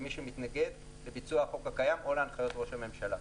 כמי שמתנגד לביצוע החוק הקיים או להנחיות ראש הממשלה.